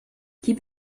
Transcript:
keep